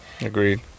agreed